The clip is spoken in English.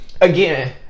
Again